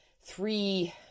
three